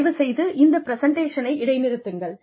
தயவுசெய்து இந்த பிரசண்டேஷனை இடைநிறுத்துங்கள்